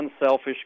unselfish